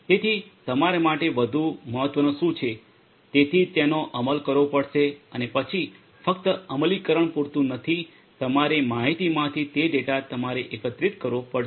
તેથી તમારા માટે વધુ મહત્વનું શું છે તેથી તેનો અમલ કરવો પડશે અને પછી ફક્ત અમલીકરણ પૂરતું નથી તમારે માહિતીમાંથી તે ડેટા એકત્રિત કરવો પડશે